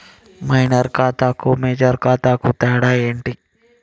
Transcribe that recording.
Minor ఖాతా కి major ఖాతా కి తేడా ఏంటి?